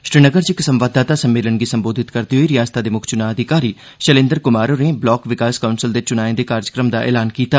श्रीनगर च इक संवाददाता सम्मेलन गी संबोधित करदे होई रिआसता दे मुक्ख चुनां अधिकारी शैलेन्द्र कुमार होरें ब्लाक विकास काउंसल दे चुनाएं दे कार्यक्रम दा ऐलान कीता